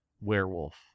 werewolf